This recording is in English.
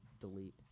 delete